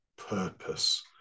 purpose